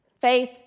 faith